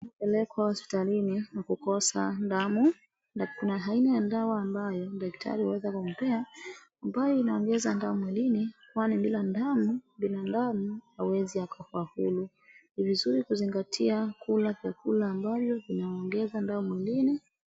Unapopelekwa hospitali unapokosa damu na kuna aina ya dawa ambayo daktari huweza kukupea ambayo inaongeza damu mwilini kwani bila damu binadamu hawezi akafaulu ni vizuri kuzingatia chakula ambayo inaingeza damu mwilini